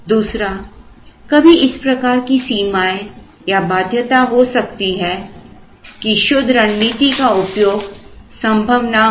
दूसरा कभी इस प्रकार की सीमाएं या बाध्यता हो सकती हैं कि शुद्ध रणनीति का उपयोग संभव ना हो